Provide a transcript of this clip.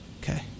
Okay